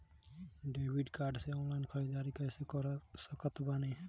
Debit card से online ख़रीदारी कैसे कर सकत बानी?